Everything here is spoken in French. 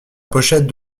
pochette